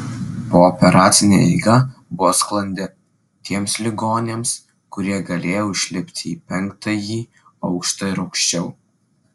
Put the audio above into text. pooperacinė eiga buvo sklandi tiems ligoniams kurie galėjo užlipti į penktąjį aukštą ir aukščiau